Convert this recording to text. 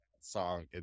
song